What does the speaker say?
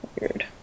weird